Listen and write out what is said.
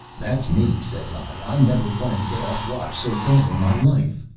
that's me, says i. i never wanted to get off watch so bad in my life.